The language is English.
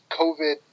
COVID